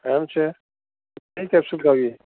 એમ છે નહીં કશું કરીએ